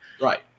right